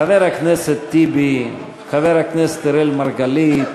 חבר הכנסת טיבי, חבר הכנסת אראל מרגלית,